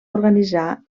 organitzar